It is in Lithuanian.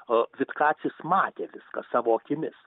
o vitkacis matė viską savo akimis